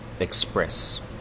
express